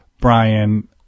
Brian